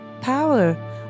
Power